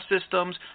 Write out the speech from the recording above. systems